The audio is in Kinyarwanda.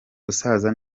gusasa